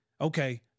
okay